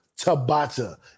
Tabata